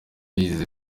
izi